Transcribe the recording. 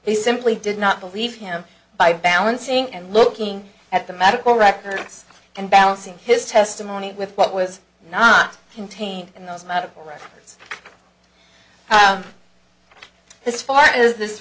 he simply did not believe him by balancing and looking at the medical records and balancing his testimony with what was not contained in those medical records this fart is this